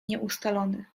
nieustalonych